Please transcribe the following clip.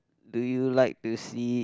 do you like to see